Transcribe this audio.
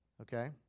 Okay